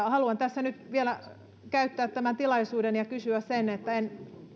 haluan tässä nyt vielä käyttää tämän tilaisuuden hyväkseni ja sanoa sen että en